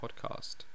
podcast